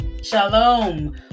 Shalom